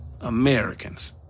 Americans